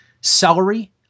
Celery